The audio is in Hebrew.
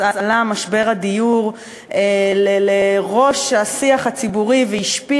אז עלה משבר הדיור לראש השיח הציבורי והשפיע